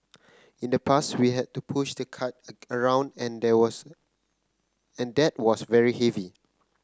in the past we had to push the cart around and there was and that was very heavy